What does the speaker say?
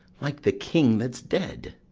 like the king that's dead.